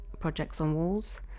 ProjectsOnWalls